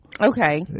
Okay